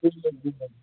تُل سا بِہِو